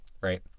right